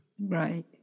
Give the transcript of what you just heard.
Right